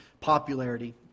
popularity